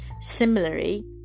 Similarly